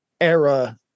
era